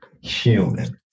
human